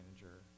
manager